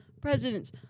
presidents